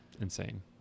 insane